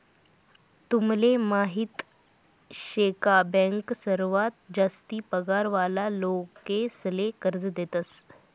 तुमले माहीत शे का बँक सर्वात जास्ती पगार वाला लोकेसले कर्ज देतस